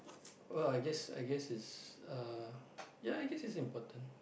well I guess I guess is uh ya I guess it's important